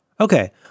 Okay